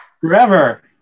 forever